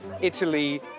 Italy